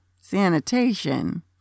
sanitation